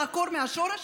לעקור מהשורש,